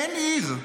אין עיר,